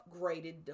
upgraded